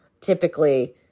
Typically